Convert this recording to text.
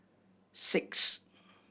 six